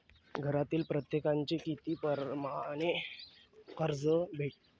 घरातील प्रत्येकाले किती परमाने कर्ज भेटन?